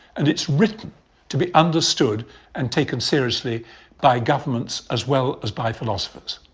and it's written to be understood and taken seriously by governments, as well as by philosophers.